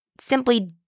simply